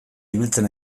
ibiltzen